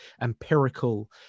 empirical